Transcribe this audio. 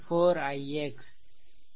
4 ix